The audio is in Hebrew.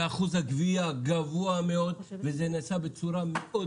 אחוז הגבייה גבוה מאוד וזה נעשה בצורה מאוד